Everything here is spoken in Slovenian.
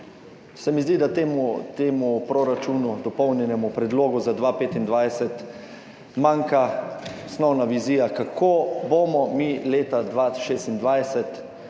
se mi zdi, da temu proračunu, dopolnjenemu predlogu za 2025 manjka osnovna vizija, kako bomo mi leta 2026